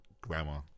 grammar